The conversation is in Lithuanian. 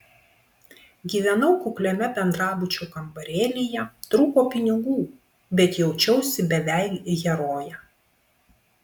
gyvenau kukliame bendrabučio kambarėlyje trūko pinigų bet jaučiausi beveik heroje